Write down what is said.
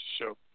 show